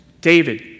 David